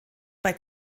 bei